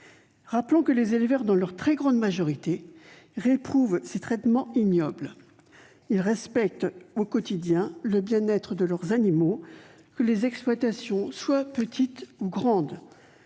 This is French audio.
Rappelons que les éleveurs, dans leur très grande majorité, réprouvent ces traitements ignobles. Ils respectent au quotidien le bien-être de leurs animaux, que les exploitations soient petites ou grandes.